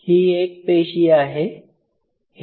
ही एक पेशी आहे